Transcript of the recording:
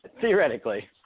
Theoretically